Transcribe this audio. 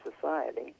society